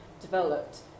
developed